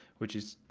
which is